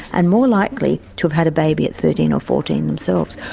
and more likely to have had a baby at thirteen or fourteen themselves,